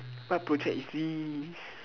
what project is this